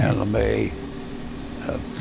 and lemay have